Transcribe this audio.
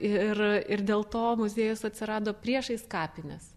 ir ir dėl to muziejus atsirado priešais kapines